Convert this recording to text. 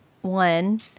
one